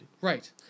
Right